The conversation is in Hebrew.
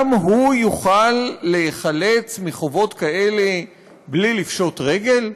גם הוא יוכל להיחלץ מחובות כאלה בלי לפשוט רגל?